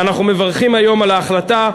ואנחנו מברכים היום על ההחלטה.